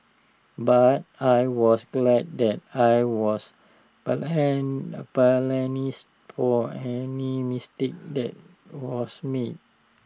but I was glad that I was for any mistake that was made